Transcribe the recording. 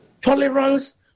tolerance